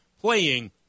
playing